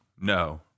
no